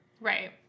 Right